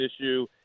issue